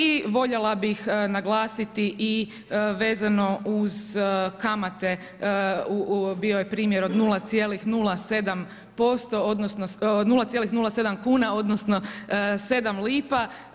I voljela bih naglasiti i vezano uz kamate, bio je primjer od 0,07 kuna odnosno 7 lipa.